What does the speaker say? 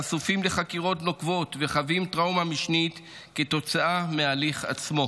חשופים לחקירות נוקבות וחווים טראומה משנית כתוצאה מההליך עצמו.